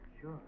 Sure